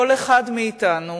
כל אחד מאתנו